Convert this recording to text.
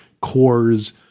cores